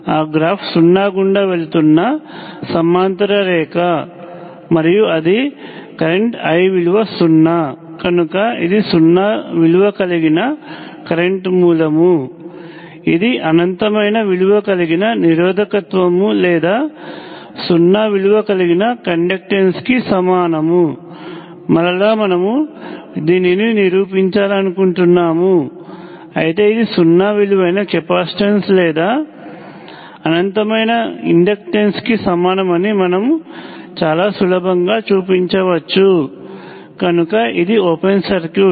ఆ గ్రాఫ్ సున్నా గుండా వెళుతున్న సమాంతర రేఖ మరియు అది కరెంట్ I విలువ సున్నా కనుక ఇది సున్నా విలువ కలిగిన కరెంట్ మూలము ఇది అనంతమైన విలువ కలిగిన నిరోధకత్వము లేదా సున్నా విలువ కలిగిన కండక్టెన్స్ కి సమానం మరలా మనము దీనిని నిరూపించాలనుకుంటున్నాము అయితే ఇది సున్నా విలువైన కెపాసిటెన్స్ లేదా అనంతమైన ఇండక్టెన్స్ కి సమానమని మనము చాలా సులభంగా చూపించవచ్చు కనుక ఇది ఓపెన్ సర్క్యూట్